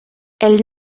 elle